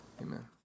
amen